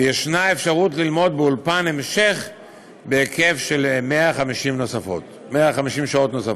ויש אפשרות ללמוד באולפן המשך בהיקף של 150 שעות נוספות.